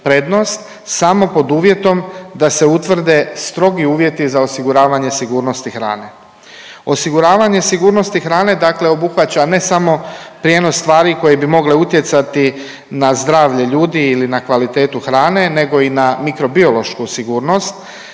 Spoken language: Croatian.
samo pod uvjetom da se utvrde strogi uvjeti za osiguravanje sigurnosti hrane. Osiguravanje sigurnosti hrane dakle obuhvaća ne samo prijenos stvari koje bi mogle utjecati na zdravlje ljudi ili na kvalitetu hrane nego i na mikrobiološku sigurnost.